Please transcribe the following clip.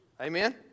Amen